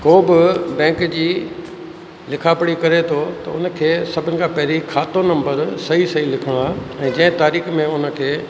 को बि बैंक जी लिखापढ़ी करे थो त उनखे सभिनि खां पहिरीं खातो नम्बर सही सही लिखिणो आहे ऐं जंहिं तारीख़ में उनखे